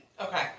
Okay